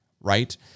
right